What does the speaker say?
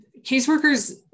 Caseworkers